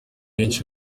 benshi